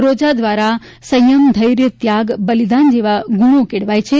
રોજા દ્વારા સંયમ ઘૈર્ય ત્યાગ બલિદાન જેવા ગુણો કેળવાય છે